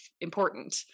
important